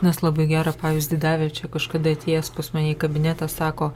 nes labai gerą pavyzdį davė čia kažkada atėjęs pas mane į kabinetą sako